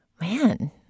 Man